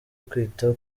kwita